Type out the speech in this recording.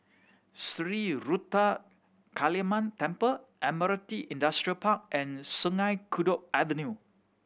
Sri Ruthra Kaliamman Temple Admiralty Industrial Park and Sungei Kadut Avenue